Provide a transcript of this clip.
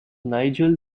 nigel